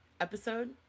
episode